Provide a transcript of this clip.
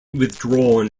withdrawn